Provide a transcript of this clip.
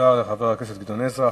תודה לחבר הכנסת גדעון עזרא.